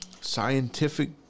scientific